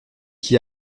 qui